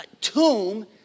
tomb